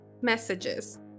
messages